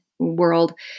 world